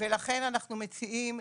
ולכן אנחנו מציעים,